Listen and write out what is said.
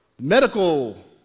Medical